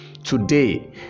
today